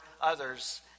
others